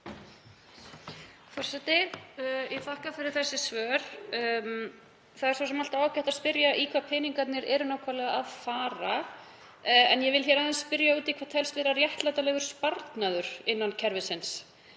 Það er svo sem alltaf ágætt að spyrja í hvað peningarnir fara en ég vil aðeins spyrja út í það hvað telst vera réttlætanlegur sparnaður innan kerfisins.